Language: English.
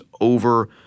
over